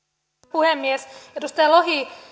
puhemies edustaja lohi